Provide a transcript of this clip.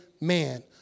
man